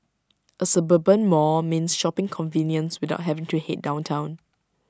A suburban mall means shopping convenience without having to Head down Town